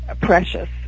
precious